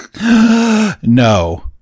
No